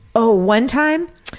oh one time